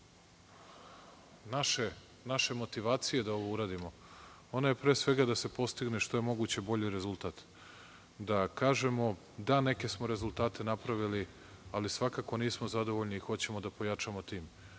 naše motivacije da ovo uradimo. Ona je pre svega da se postigne što je mogući bolji rezultat. Da kažemo, da neke smo rezultate napravili, ali svakako nismo zadovoljni, hoćemo da pojačamo tim.